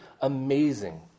amazing